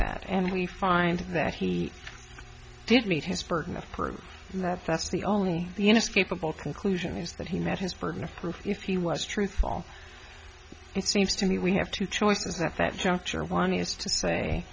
that and we find that he did meet his burden of proof that that's the only the inescapable conclusion is that he met his burden of proof if he was truthful it seems to me we have two choices that that juncture one is to say